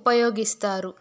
ఉపయోగిస్తారు